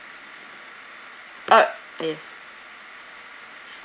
uh yes